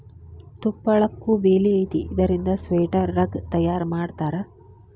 ತುಪ್ಪಳಕ್ಕು ಬೆಲಿ ಐತಿ ಇದರಿಂದ ಸ್ವೆಟರ್, ರಗ್ಗ ತಯಾರ ಮಾಡತಾರ